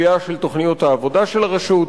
קביעה של תוכניות העבודה של הרשות,